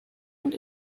und